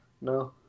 no